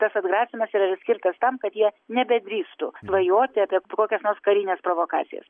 tas atgrasymas yra skirtas tam kad jie nebedrįstu svajoti apie kokias nors karines provokacijas